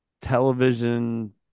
television